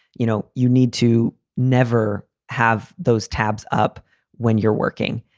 you know, you need to never have those tabs up when you're working.